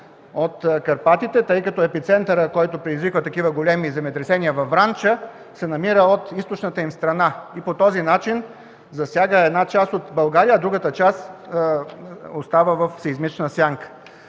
от Карпатите, тъй като епицентърът, който предизвиква такива големи земетресения във Вранча, се намира от източната им страна и по този начин засяга една част от България, а другата част остава в сеизмична сянка.